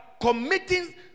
committing